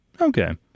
Okay